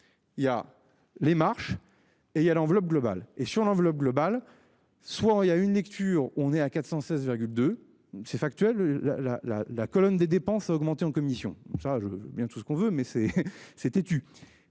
Il y a les marches. Et il y a l'enveloppe globale et sur l'enveloppe globale. Soit il y a une lecture on est à 416 de c'est factuel. La la la la colonne des dépenses et augmenter en commission. Ça je veux bien tout ce qu'on veut mais c'est